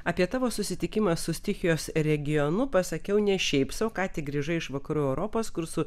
apie tavo susitikimą su stichijos regionu pasakiau ne šiaip sau ką tik grįžai iš vakarų europos kur su